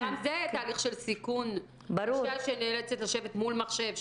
גם זה תהליך של סיכון - אישה שנאלצת לשבת מול מחשב,